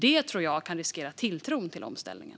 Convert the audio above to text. Det tror jag kan riskera tilltron till omställningen.